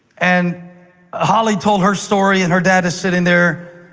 and ah holly told her story, and her dad is sitting there.